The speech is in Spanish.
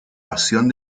pasión